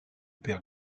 père